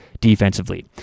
defensively